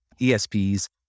ESPs